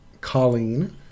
Colleen